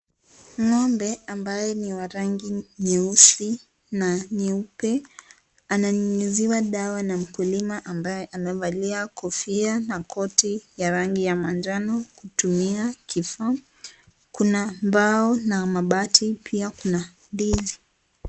Ngombe ambaye ni wa rangi nyeusi na nyeupe ananyunyiziwa dawa na mkulima ambaye amevalia kofia na koti ya rangi ya manjano kutumia kifaa. Kuna mbao na mabati pia kuna ndizi.